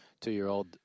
two-year-old